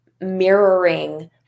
mirroring